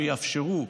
שיאפשרו,